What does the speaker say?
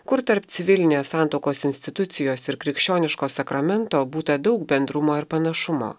kur tarp civilinės santuokos institucijos ir krikščioniško sakramento būta daug bendrumo ir panašumo